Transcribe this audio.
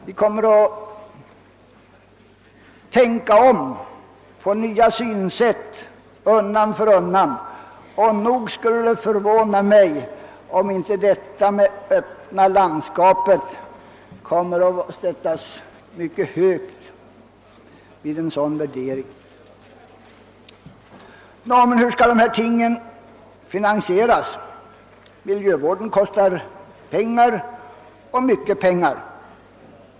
Vi kommer undan för undan att tänka om, att få nya synsätt, och nog skulle det förvåna mig om inte det öppna landskapet då kommer att sättas mycket högt på värdeskalan. Men hur skall dessa ting finansieras? Miljövården kostar mycket pengar.